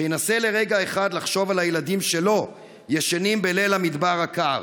שינסה לרגע אחד לחשוב על הילדים שלו ישנים בליל המדבר הקר